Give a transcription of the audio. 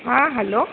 हा हलो